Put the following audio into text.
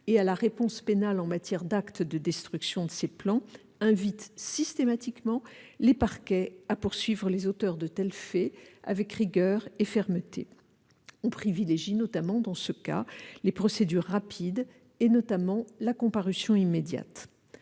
et à la réponse pénale applicables aux actes de destruction de ces plants invitent systématiquement les parquets à poursuivre les auteurs de tels faits avec rigueur et fermeté. Dans ce cas, on privilégie les procédures rapides, notamment la comparution immédiate.